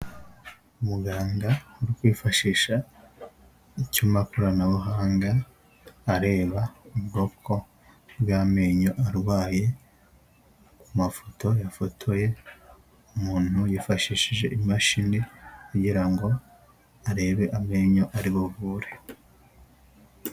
Umuganga uri kwifashisha icyuma koranabuhanga areba ubwoko bw'amenyo arwaye, amafoto yafotoye umuntu yifashishije imashini kugira ngo arebe amenyo ari buvure.